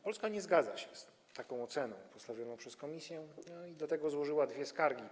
Polska nie zgadza się z taką oceną postawioną przez Komisję, dlatego złożyła dwie skargi.